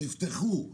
נפתחו,